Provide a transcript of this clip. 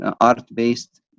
art-based